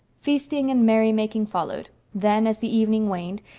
feasting and merry-making followed then, as the evening waned,